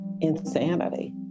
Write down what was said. insanity